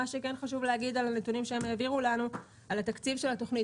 מה שכן חשוב להגיד על הנתונים שהם העבירו לנו על התקציב של התוכנית